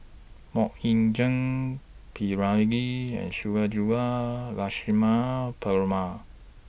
Mok Ying Jang P Ramlee and Sundarajulu Lakshmana Perumal